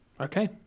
Okay